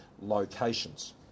locations